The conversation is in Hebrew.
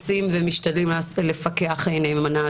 עושים ומשתדלים לפקח נאמנה.